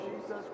Jesus